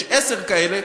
יש עשר כאלה,